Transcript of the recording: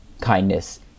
kindness